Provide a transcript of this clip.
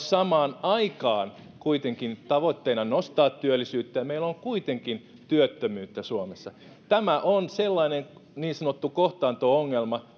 samaan aikaan tavoitteena nostaa työllisyyttä ja meillä on kuitenkin työttömyyttä suomessa tämä on sellainen niin sanottu kohtaanto ongelma